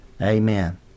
Amen